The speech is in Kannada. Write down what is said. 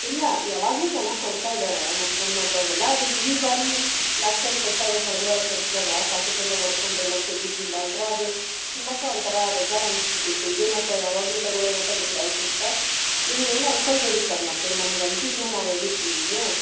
ಇಲ್ಲ ಯಾವಾಗಲೂ ಚೆನ್ನಾಗಿ ಕೊಡ್ತಾ ಇದ್ದಾರೆ ನಾನು ಫೋನ್ ಮಾಡಿದಾಗೆಲ್ಲ ಅದು ಈ ಬಾರಿ ಲಾಸ್ಟ್ ಟೈಮ್ ಕೊಟ್ಟಾಗ ಕಳ್ದ ವಾರ ತರ್ಸಿದ್ದಾಗ ಪ್ಯಾಕೆಟ್ ಎಲ್ಲ ಒಡ್ಕೊಂಡು ಎಲ್ಲ ಚೆಲ್ಲಿದ್ದರಿಂದ ಒಂಥರ ಅದು ತಿನ್ನೋಕ್ಕೇ ಒಂಥರ ಬೇಜಾರು ಅನ್ನಿಸ್ಬಿಟ್ಟಿತ್ತು ಇದೇನಪ್ಪಾ ಯಾವಾಗಲೂ ತೊಗೊಳೋ ಓಟಲ್ ಹಿಂಗಾಯ್ತು ಅಂತ ನೀವೇನೂ ಅಂದ್ಕೊಳ್ಬೇಡಿ ಸರ್ ಮತ್ತೆ ನಮ್ಗೆ ಅನ್ಸಿದ್ದನ್ನ ನಾವು ಹೇಳಿದ್ವಿ ನಿಮಗೆ